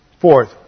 Fourth